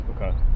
Okay